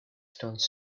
stones